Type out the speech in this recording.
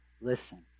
listen